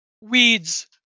weeds